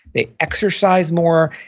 they exercise more.